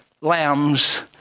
lambs